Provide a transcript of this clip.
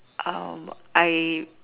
I